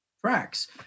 tracks